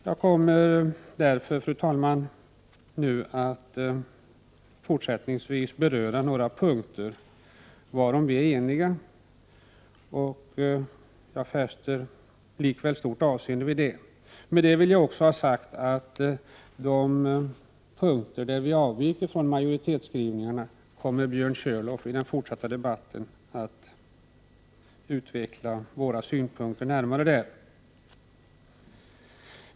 Jag kommer nu, fru talman, att beröra några punkter som vi är eniga om men som jag likväl fäster stort avseende vid. När det gäller de punkter där vi avviker från majoritetsskrivningarna kommer Björn Körlof i den fortsatta debatten att närmare utveckla våra synpunkter.